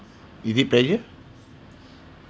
is it prayer